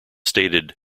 stated